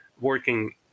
working